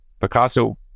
Picasso